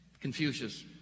Confucius